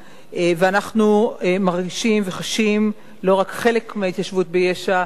ואנחנו מרגישים וחשים לא רק חלק מההתיישבות ביש"ע,